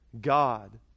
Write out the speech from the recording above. God